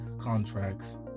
contracts